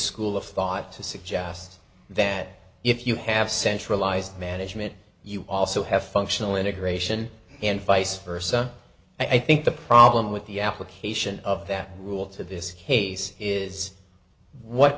school of thought to suggest that if you have centralized management you also have functional integration and vice versa i think the problem with the application of that rule to this case is what